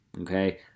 Okay